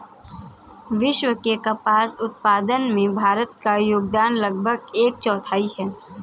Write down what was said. विश्व के कपास उत्पादन में भारत का योगदान लगभग एक चौथाई है